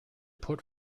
put